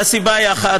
הסיבה היא אחת,